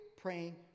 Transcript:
praying